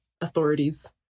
authorities